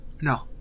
No